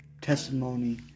testimony